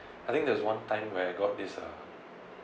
I think there's one time where I got this uh